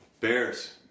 Bears